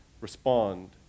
Respond